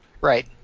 Right